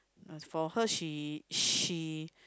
as for her she she